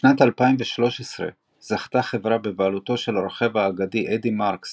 בשנת 2013 זכתה חברה בבעלותו של הרוכב האגדי אדי מרקס